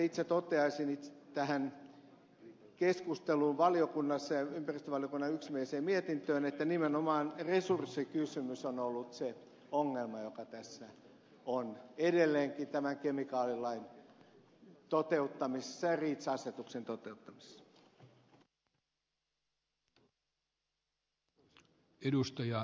mutta toteaisin itse tähän keskusteluun valiokunnassa ja ympäristövaliokunnan yksimieliseen mietintöön että nimenomaan resurssikysymys on ollut se ongelma joka tässä on edelleenkin tämän kemikaalilain ja reach asetuksen toteuttamisessa